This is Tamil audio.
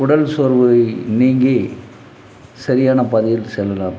உடல் சோர்வு நீங்கி சரியான பாதையில் செல்லலாம்